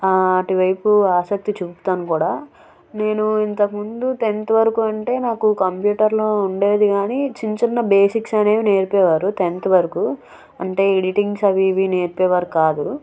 అటువైపు ఆసక్తి చెపుతాను కూడా నేను ఇంతకు ముందు టెన్త్ వరకు అంటే నాకు కంప్యూటర్లో ఉండేది కానీ చిన్న చిన్న బేసిక్స్ అనేవి నేర్పేవారు టెన్త్ వరకు అంటే ఎడిటింగ్స్ అవి ఇవి నేర్పేవారు కాదు